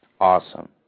Awesome